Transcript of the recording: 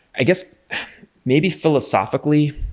i guess maybe philosophically,